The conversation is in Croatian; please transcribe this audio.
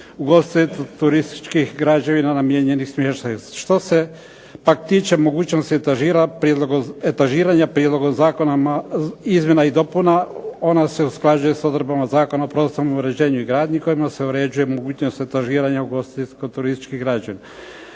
ugostiteljsko turističkih građevina namijenjenih smještaju. Što se pak tiče mogućnosti etažiranja prijedlogom zakona izmjena i dopuna, ono se usklađuje sa odredbama Zakona o prostornom uređenju i gradnji kojima se uređuje mogućnost etažiranja ugostiteljsko turističke građe.